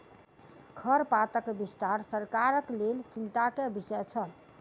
खरपातक विस्तार सरकारक लेल चिंता के विषय छल